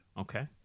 Okay